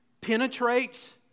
penetrates